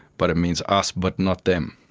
but it means us but not them.